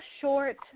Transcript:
short –